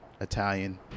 Italian